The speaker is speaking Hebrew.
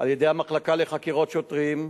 על-ידי המחלקה לחקירות שוטרים,